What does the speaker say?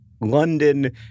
London